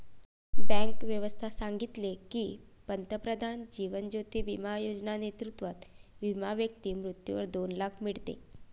bank व्यवस्था सांगितले की, पंतप्रधान जीवन ज्योती बिमा योजना नेतृत्वात विमा व्यक्ती मृत्यूवर दोन लाख मीडते